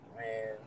man